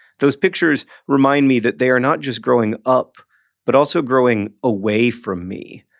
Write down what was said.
those pictures remind me that they are not just growing up but also growing away from me,